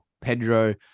Pedro